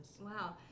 Wow